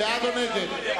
נגד אחמד טיבי,